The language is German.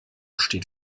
steht